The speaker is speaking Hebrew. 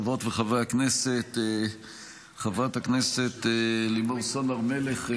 חברות וחברי הכנסת, חברת הכנסת לימור סון הר מלך,